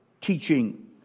teaching